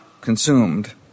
consumed